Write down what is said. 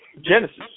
Genesis